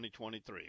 2023